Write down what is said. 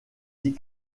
dix